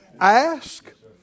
Ask